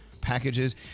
packages